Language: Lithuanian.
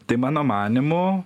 tai mano manymu